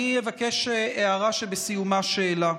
אני אבקש הערה שבסיומה שאלה.